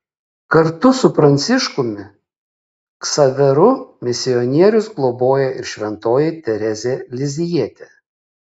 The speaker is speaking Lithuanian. kartu su pranciškumi ksaveru misionierius globoja ir šventoji teresė lizjietė